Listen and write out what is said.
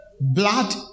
blood